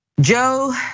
Joe